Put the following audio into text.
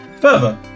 Further